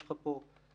יש לך פה 160,000